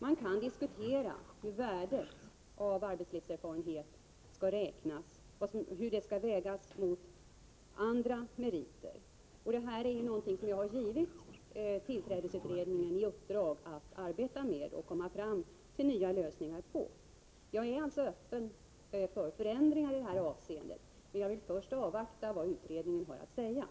Man kan diskutera hur arbetslivserfarenheten skall vägas mot andra meriter. Jag har givit tillträdesutredningen i uppdrag att arbeta med detta och försöka komma fram till nya lösningar. Jag är alltså öppen för ändringar på detta område, men jag vill först avvakta vad utredningen har att säga.